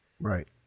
Right